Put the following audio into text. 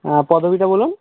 হ্যাঁ পদবিটা বলুন